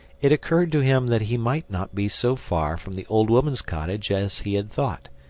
it occurred to him that he might not be so far from the old woman's cottage as he had thought,